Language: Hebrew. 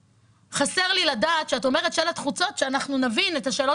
כשאת אומרת "שלט חוצות" אני צריכה להבין את השאלות